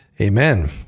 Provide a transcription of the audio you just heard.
Amen